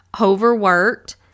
overworked